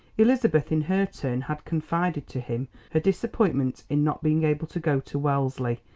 elizabeth in her turn had confided to him her disappointment in not being able to go to wellesley,